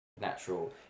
natural